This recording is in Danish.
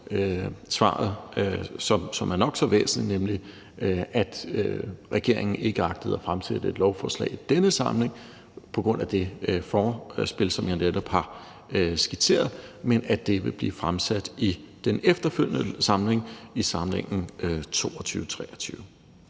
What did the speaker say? til svaret, som er nok så væsentligt, nemlig at regeringen ikke agtede at fremsætte et lovforslag i denne samling – på grund af det forspil, som jeg netop har skitseret – men at det vil blive fremsat i det efterfølgende folketingsår, nemlig 2022-23.